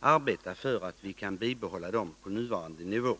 arbeta för — debatt att vi skall kunna bibehålla dem på nuvarande nivå.